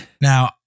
Now